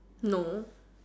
no